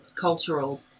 cultural